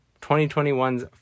2021's